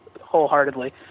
wholeheartedly